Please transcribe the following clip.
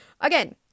Again